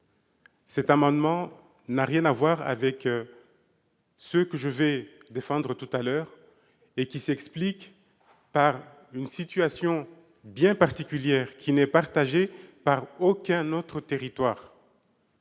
Cet amendement n'a rien à voir avec ceux que je défendrai tout à l'heure et qui s'expliquent par une situation bien particulière, partagée sur aucun autre territoire.